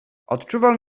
odczuwał